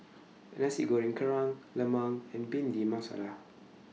Nasi Goreng Kerang Lemang and Bhindi Masala